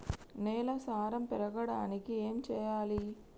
నేల సారం పెరగడానికి ఏం చేయాలి?